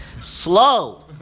Slow